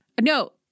No